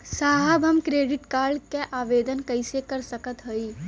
साहब हम credit card क आवेदन कइसे कर सकत हई?